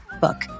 book